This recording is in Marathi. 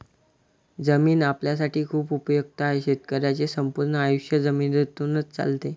जमीन आपल्यासाठी खूप उपयुक्त आहे, शेतकऱ्यांचे संपूर्ण आयुष्य जमिनीतूनच चालते